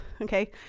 okay